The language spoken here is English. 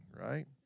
right